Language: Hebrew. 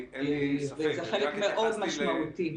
וזה חלק מאוד משמעותי בחינוך.